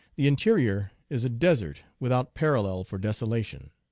the interior is a des ert without parallel for desolation.